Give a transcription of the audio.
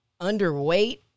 underweight